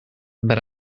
but